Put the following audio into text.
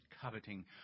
coveting